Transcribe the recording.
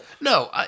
No